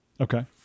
Okay